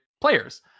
players